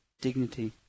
dignity